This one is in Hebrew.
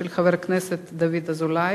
של חבר הכנסת דוד אזולאי: